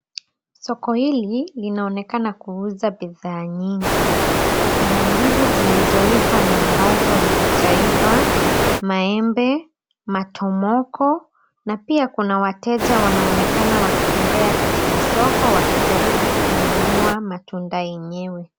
Soko hili linaonekana kuuza bidhaa nyingi. Pana ndizi zilizoiva na ambazo hazijaiva, maembe, matomoko na pia kuna wateja wanaonekana wakitembea katika soko wakijaribu kununua matunda yenyewe.